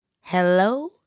hello